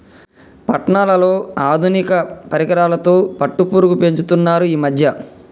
పట్నాలలో ఆధునిక పరికరాలతో పట్టుపురుగు పెంచుతున్నారు ఈ మధ్య